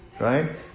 right